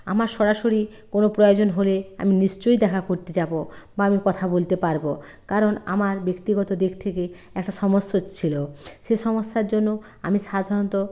আমার সরাসরি কোনো প্রয়োজন হলে আমি নিশ্চয় দেখা করতে যাবো বা আমি কথা বলতে পারবো কারণ আমার ব্যক্তিগত দিক থেকে একটা সমস্য ছিলো সে সমস্যার জন্য আমি সাধারণত